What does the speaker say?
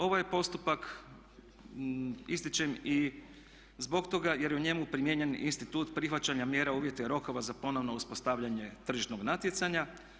Ovo je postupak ističem i zbog toga jer je u njemu primijenjen institut prihvaćanja mjera, uvjeta i rokova za ponovno uspostavljanje tržišnog natjecanja.